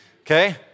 Okay